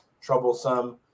troublesome